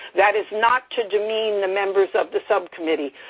that is not to demean the members of the subcommittee.